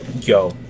Yo